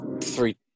three